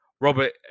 Robert